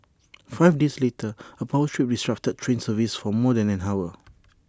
five days later A power trip disrupted train services for more than an hour